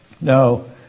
No